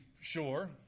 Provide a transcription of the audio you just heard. sure